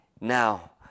now